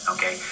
Okay